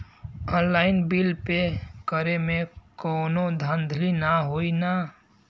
Online bill pay करे में कौनो धांधली ना होई ना?